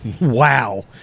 wow